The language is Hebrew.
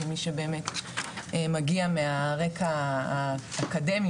כמי שבאמת מגיע מהרקע האקדמי,